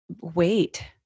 wait